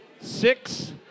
six